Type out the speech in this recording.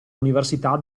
università